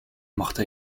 machte